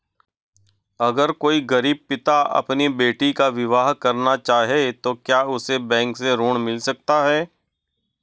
अगर कोई गरीब पिता अपनी बेटी का विवाह करना चाहे तो क्या उसे बैंक से ऋण मिल सकता है?